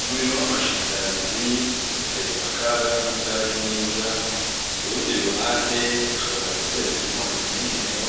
Umuriro w'amashanyarazi uteza akaga nubwo ari mwiza, ku rundi ruhande ushobora guteza inkongi y'umuriro